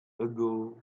ago